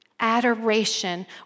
Adoration